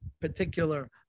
particular